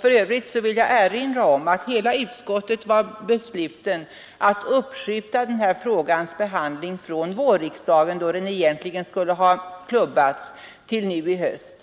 För övrigt vill jag nämna att utskottet var enigt om beslutet att uppskjuta den här frågans behandling från vårriksdagen, då den egentligen skulle ha klubbats, till nu i höst.